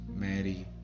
Mary